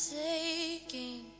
taking